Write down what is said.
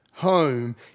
Home